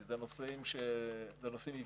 כי זה נושאים מבצעיים,